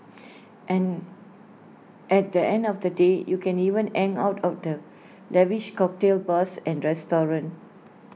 and at the end of the day you can even hang out of the lavish cocktail bars and restaurants